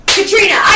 Katrina